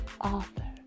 author